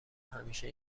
همیشه